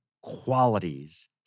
qualities